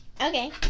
okay